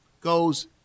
goes